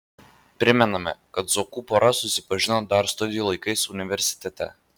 primename kad zuokų pora susipažino dar studijų laikais universitete